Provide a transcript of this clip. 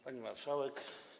Pani Marszałek!